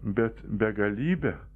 bet begalybė